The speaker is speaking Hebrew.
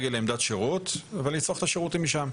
והרבה מאוד פרטים נוספים שנכנסו לתוך החוק שמבטיחים מניעה של ספאם,